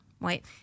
right